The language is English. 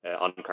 on